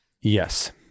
yes